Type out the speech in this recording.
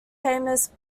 famous